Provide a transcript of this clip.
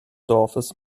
dorfes